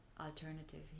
alternative